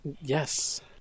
yes